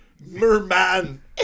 merman